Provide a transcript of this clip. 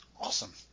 Awesome